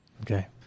Okay